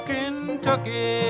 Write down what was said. Kentucky